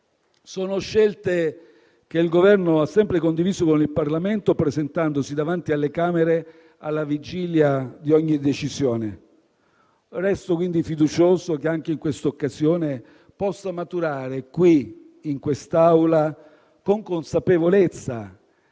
Sono scelte che il Governo ha sempre condiviso con il Parlamento, presentandosi davanti alle Camere, alla vigilia di ogni decisione. Resto quindi fiducioso che anche in questa occasione possa maturare qui, in quest'Aula, con consapevolezza